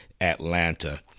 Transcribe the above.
Atlanta